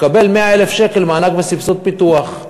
יקבל 100,000 מענק וסבסוד פיתוח.